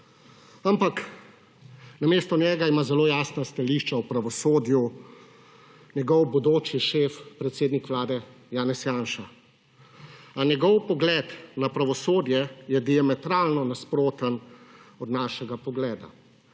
ampak namesto njega ima zelo jasna stališča v pravosodju njegov bodoči šef, predsednik Vlade Janez Janša. A njegov pogled na pravosodje je diametralno nasproten od našega pogleda.